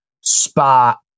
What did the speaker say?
spot